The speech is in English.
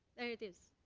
there it is.